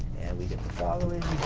and we get the following.